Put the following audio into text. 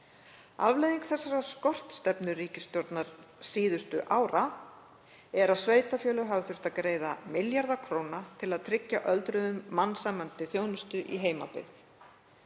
Afleiðing þessarar skortstefnu ríkisstjórnar síðustu ára er að sveitarfélög hafa þurft að greiða milljarða króna til að tryggja öldruðum mannsæmandi þjónustu í heimabyggð,